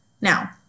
Now